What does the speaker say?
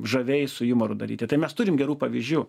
žaviai su jumoru daryti tai mes turim gerų pavyzdžių